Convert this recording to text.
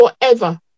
forever